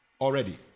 already